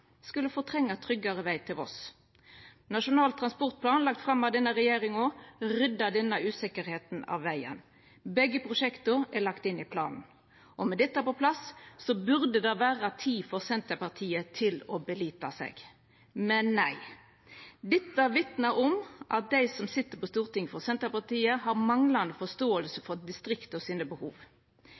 skulle fortrengja ein tryggare veg til Voss. Nasjonal transportplan, lagd fram av regjeringa, ryddar denne usikkerheita av vegen – begge prosjekta er lagde inn i planen. Og med dette på plass burde det vera tid for Senterpartiet å «belita seg» – men nei. Dette vitnar om at dei som sit på Stortinget for Senterpartiet, har manglande forståing for distrikta sine behov.